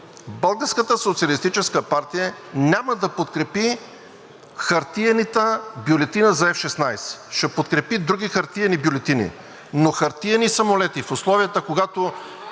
Българската социалистическа партия няма да подкрепи хартиената бюлетина за F-16, ще подкрепи други хартиени бюлетини. Но хартиени самолети в условията, когато